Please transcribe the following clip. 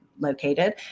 located